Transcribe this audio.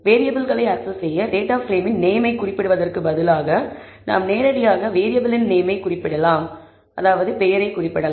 வேரியபிள்களை access செய்ய data பிரேமின் நேம்மை பெயரைக் குறிப்பிடுவதற்கு பதிலாக நாம் நேரடியாக வேரியபிளின் நேம்மை பெயரைக் குறிப்பிடலாம்